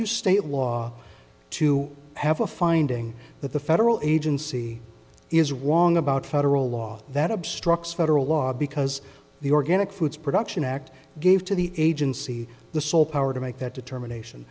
use state law to have a finding that the federal agency is wrong about federal law that obstructs federal law because the organic foods production act gave to the agency the sole power to make that determination